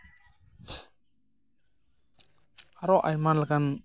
ᱟᱨᱚ ᱟᱭᱢᱟ ᱞᱮᱠᱟᱱ